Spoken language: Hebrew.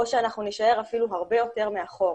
או שאנחנו נישאר אפילו הרבה יותר מאחור